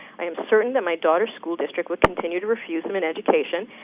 i am certain that my daughters' school district would continue to refuse them an education,